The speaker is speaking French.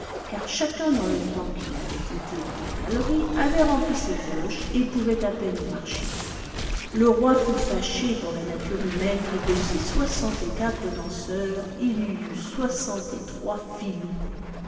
car chacun dans le temps qu'il avait été dans la galerie avait rempli ses poches et pouvait à peine marcher le roi fut fâché pour la nature humaine que de ces soixante et quatre danseurs il y eût soixante et trois filous